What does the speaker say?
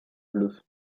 bleues